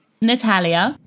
natalia